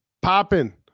popping